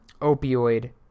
opioid